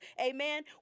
amen